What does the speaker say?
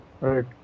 Right